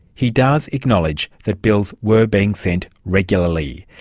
he does acknowledge that bills were being sent regularly.